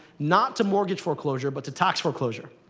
not to mortgage foreclosure, but to tax foreclosure.